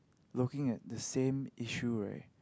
looking at the same issue right